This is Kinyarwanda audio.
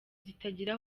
zitagira